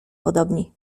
podobni